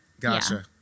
gotcha